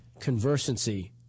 conversancy